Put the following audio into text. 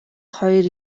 хоёр